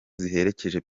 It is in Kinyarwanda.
ziherekeje